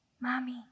mommy